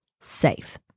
safe